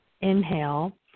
inhale